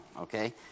Okay